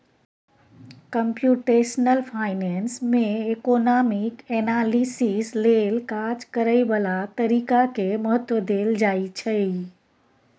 computational finance में economic analysis लेल काज करए बला तरीका के महत्व देल जाइ छइ